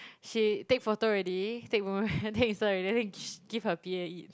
she take photo already take boomerang then Insta already then after that give her p_a eat